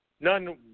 None